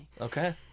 Okay